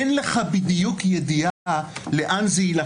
אין לך בדיוק ידיעה לאן זה ילך.